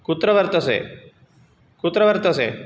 कुत्र वर्तते कुत्र वर्तते